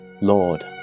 Lord